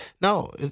No